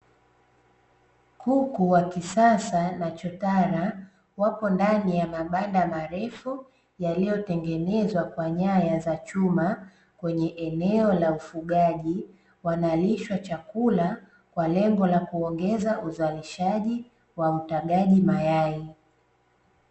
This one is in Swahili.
Kuku wa kisasa na chotara wapo ndani ya mabanda marefu yaliyotengenezwa kwa nyaya za chuma kwenye eneo la ufugaji wa malisho ya chakula kwa lengo la kuongeza uzalishaji wa utagaji mayai.